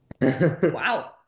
Wow